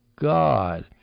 God